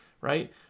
right